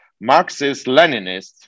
Marxist-Leninist